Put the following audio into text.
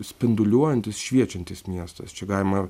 spinduliuojantis šviečiantis miestas čia galima